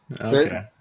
Okay